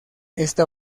esta